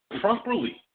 properly